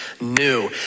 new